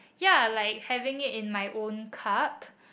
ya like having it in my own cup